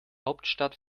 hauptstadt